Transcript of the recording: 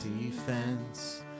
defense